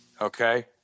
okay